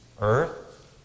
earth